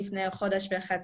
לפני חודש וחצי.